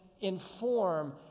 inform